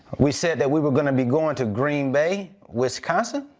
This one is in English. we said that we were gonna be going to green bay, wisconsin.